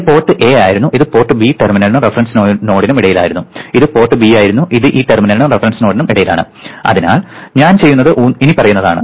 ഇത് port A ആയിരുന്നു ഇത് ഈ ടെർമിനലിനും റഫറൻസ് നോഡിനും ഇടയിലായിരുന്നു ഇത് പോർട്ട് ബി ആയിരുന്നു ഇത് ഈ ടെർമിനലിനും റഫറൻസ് നോഡിനും ഇടയിലാണ് അതിനാൽ ഞാൻ ചെയ്യുന്നത് ഇനിപ്പറയുന്നതാണ്